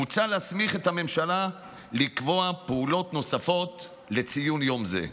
מוצע להסמיך את הממשלה לקבוע פעולות נוספות לציון יום זה.